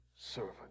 servant